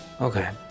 Okay